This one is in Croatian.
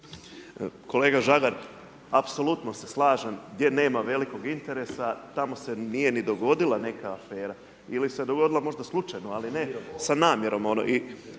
Kolega Žagar, apsolutno se slažem, gdje nema velikog interesa, tamo se nije ni dogodila neka afera ili se dogodila možda slučajno ali ne sa namjerom